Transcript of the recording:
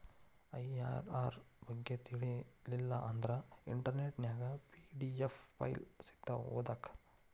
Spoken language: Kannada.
ಐ.ಅರ್.ಅರ್ ಬಗ್ಗೆ ತಿಳಿಲಿಲ್ಲಾ ಅಂದ್ರ ಇಂಟರ್ನೆಟ್ ನ್ಯಾಗ ಪಿ.ಡಿ.ಎಫ್ ಫೈಲ್ ಸಿಕ್ತಾವು ಓದಾಕ್